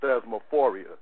Thesmophoria